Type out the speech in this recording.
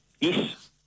Yes